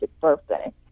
birthday